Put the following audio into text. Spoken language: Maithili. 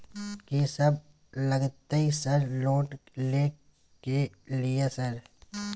कि सब लगतै सर लोन ले के लिए सर?